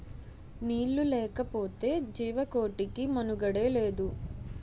నీళ్లు లేకపోతె జీవకోటికి మనుగడే లేదు